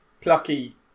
plucky